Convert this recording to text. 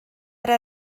yna